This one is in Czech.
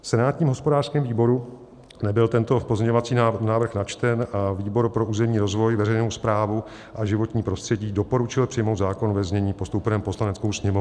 V senátním hospodářském výboru nebyl tento pozměňovací návrh načten a výbor pro územní rozvoj, veřejnou správu a životní prostředí doporučil přijmout zákon ve znění postoupeném Poslaneckou sněmovnou.